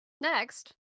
Next